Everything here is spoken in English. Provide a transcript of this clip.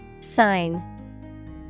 Sign